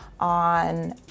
on